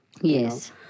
Yes